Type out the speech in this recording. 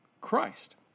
Christ